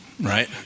Right